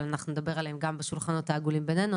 אבל אנחנו נדבר עליהם גם בשולחנות העגולים בינינו.